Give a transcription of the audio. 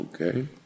okay